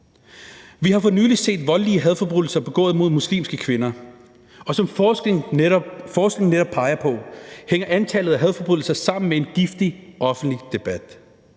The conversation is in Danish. Vi har for nylig set voldelige hadforbrydelser begået mod muslimske kvinder, og som forskningen netop peger på, hænger antallet af hadforbrydelser sammen med en giftig offentlig debat.